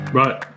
right